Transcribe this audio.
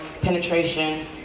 penetration